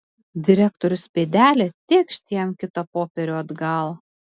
direktorius pėdelė tėkšt jam kitą popierių atgal